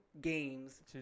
games